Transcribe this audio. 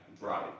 right